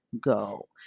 go